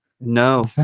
No